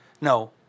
no